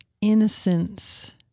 innocence